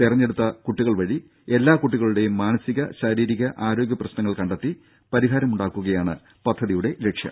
തെരഞ്ഞെടുത്ത കുട്ടികൾ വഴി എല്ലാ കുട്ടികളുടേയും മാനസിക ശാരീരിക കണ്ടെത്തി പരിഹാരമുണ്ടാക്കുകയാണ് പദ്ധതിയുടെ ലക്ഷ്യം